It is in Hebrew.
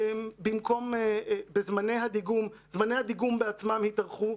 זמני הדיגום בעצמם התארכו,